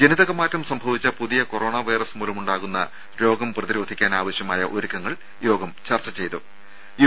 ജനിതക മാറ്റം സംഭവിച്ച പുതിയ കൊറോണ വൈറസ് മൂലമുണ്ടാകുന്ന രോഗം പ്രതിരോധിക്കാൻ ആവശ്യമായ ഒരുക്കങ്ങൾ യോഗം ചർച്ച യു